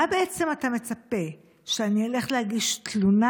מה בעצם אתה מצפה, שאני אלך להגיש תלונה?